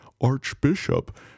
Archbishop